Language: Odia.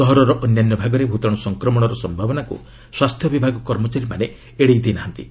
ସହରର ଅନ୍ୟାନ୍ୟ ଭାଗରେ ଭ୍ତାଣୁ ସଂକ୍ରମଣର ସମ୍ଭାବନାକୁ ସ୍ୱାସ୍ଥ୍ୟ ବିଭାଗ କର୍ମଚାରୀମାନେ ଏଡେଇ ଦେଇନାହାନ୍ତି